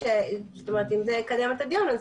אם זה יקדם את הדיון,